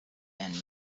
and